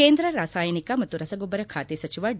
ಕೇಂದ್ರ ರಾಸಾಯನಿಕ ಮತ್ತು ರಸಗೊಬ್ಬರ ಖಾತೆ ಸಚಿವ ಡಿ